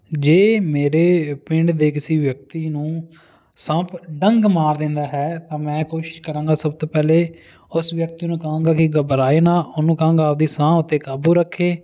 ਜੇ ਮੇਰੇ ਪਿੰਡ ਦੇ ਕਿਸੇ ਵਿਅਕਤੀ ਨੂੰ ਸੱਪ ਡੰਗ ਮਾਰ ਦਿੰਦਾ ਹੈ ਤਾਂ ਮੈਂ ਕੁਛ ਕਰਨ ਦਾ ਸਭ ਤੋਂ ਪਹਿਲੇ ਉਸ ਵਿਅਕਤੀ ਨੂੰ ਕਹਾਂਗਾ ਵੀ ਘਬਰਾਏ ਨਾ ਉਨ੍ਹਾਂ ਨੂੰ ਕਹਾਂਗਾ ਆਪਦੀ ਸਾਹ ਉੱਤੇ ਕਾਬੂ ਰੱਖੇ